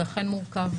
זה אכן מורכב,